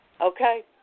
Okay